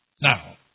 Now